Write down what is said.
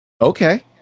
Okay